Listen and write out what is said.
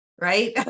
right